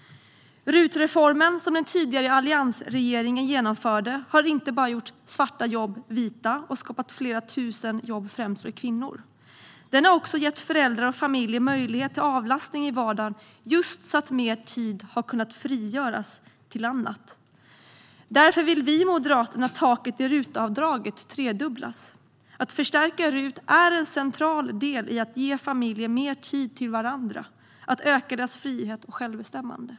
RUT-reformen, som den tidigare alliansregeringen genomförde, har inte bara gjort svarta jobb vita och skapat flera tusen jobb främst för kvinnor; den har också gett föräldrar och familjer möjlighet till avlastning i vardagen så att mer tid har kunnat frigöras till annat. Därför vill vi i Moderaterna att taket i RUT-avdraget tredubblas. Att förstärka RUT är en central del i att ge familjer mer tid för varandra och öka deras frihet och självbestämmande.